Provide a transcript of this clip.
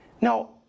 Now